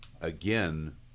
again